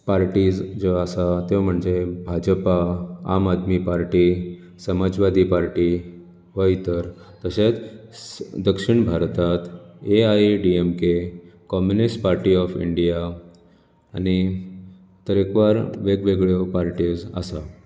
राजकारण पार्टीज ज्यो आसात त्यो म्हणजें भाजपा आम आदमी पार्टी समाजवादी पार्टी व इतर तशेंच दक्षिण भारतांत A I A D M K communist party of India आनी तरेकवार वेग वेगळ्यो पार्टीज आसात